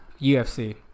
ufc